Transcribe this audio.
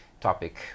topic